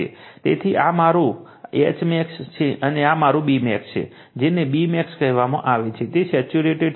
તેથી આ મારું Hmax છે અને આ મારું Bmax છે જેને Bmax કહેવામાં આવે છે તે સેચ્યુરેટેડ છે